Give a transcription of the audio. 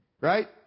right